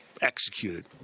executed